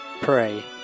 pray